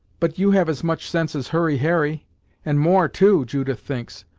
but you have as much sense as hurry harry and more too, judith thinks,